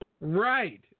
Right